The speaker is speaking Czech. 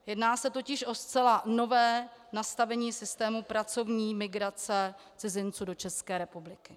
Jedná se totiž o zcela nové nastavení systému pracovní migrace cizinců do České republiky.